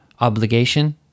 obligation